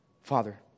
Father